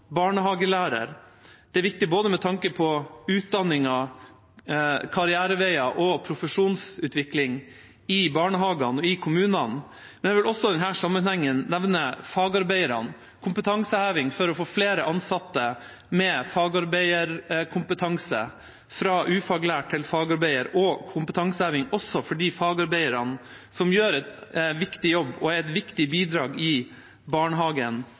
barnehagelærer. Det er viktig både med tanke på utdanningen, karriereveier og profesjonsutvikling i barnehagene og i kommunene. Men jeg vil også i denne sammenhengen nevne fagarbeiderne, kompetanseheving for å få flere ansatte med fagarbeiderkompetanse – fra ufaglært til fagarbeider – og kompetanseheving også for fagarbeiderne, som gjør en viktig jobb, og er et viktig bidrag i barnehagen